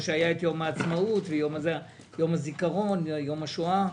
או היו יום העצמאות ויום הזיכרון ויום השואה?